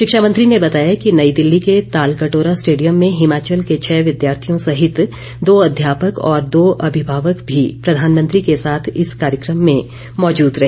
शिक्षा मंत्री ने बताया कि नई दिल्ली के तालकटोरा स्टेडियम में हिमाचल के छः विद्यार्थियों सहित दो अध्यापक और दो अभिभावक भी प्रधानमंत्री के साथ इस कार्यक्रम में मौजूद रहे